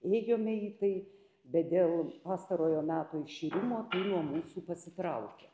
ėjome į tai bet dėl pastarojo meto išėjimo tai nuo mūsų pasitraukia